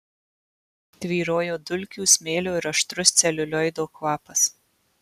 tvyrojo dulkių smėlio ir aštrus celiulioido kvapas